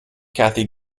cathy